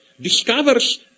discovers